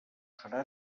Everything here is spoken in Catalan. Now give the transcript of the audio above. serà